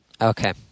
Okay